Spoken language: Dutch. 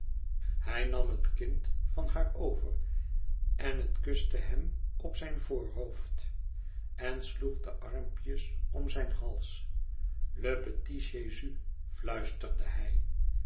hij nam het kind van haar over en het kuste hem op zijn voorhoofd en sloeg de armpjes om zijn hals le petit jésus fluisterde hij